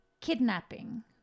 kidnapping